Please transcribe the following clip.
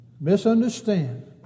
misunderstand